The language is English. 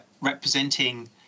representing